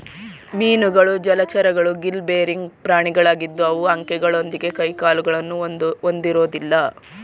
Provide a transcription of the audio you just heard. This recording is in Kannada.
ಮೀನುಗಳು ಜಲಚರಗಳು ಗಿಲ್ ಬೇರಿಂಗ್ ಪ್ರಾಣಿಗಳಾಗಿದ್ದು ಅವು ಅಂಕೆಗಳೊಂದಿಗೆ ಕೈಕಾಲುಗಳನ್ನು ಹೊಂದಿರೋದಿಲ್ಲ